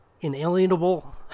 Inalienable